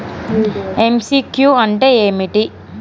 MCQ అంటే ఏమిటి?